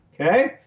okay